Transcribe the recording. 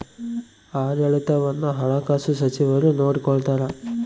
ಆಡಳಿತವನ್ನು ಹಣಕಾಸು ಸಚಿವರು ನೋಡಿಕೊಳ್ತಾರ